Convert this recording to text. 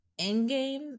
Endgame